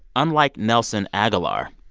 unlike nelson agholor.